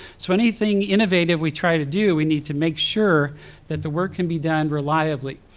so anything innovative we try to do, we need to make sure that the work can be done reliably.